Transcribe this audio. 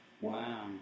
Wow